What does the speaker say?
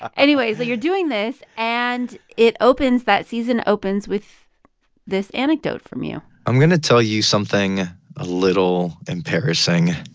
anyway, you're doing this, and it opens that season opens with this anecdote from you i'm going to tell you something a little embarrassing.